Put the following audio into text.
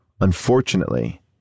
Unfortunately